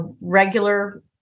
regular